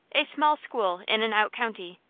a small school in an out county.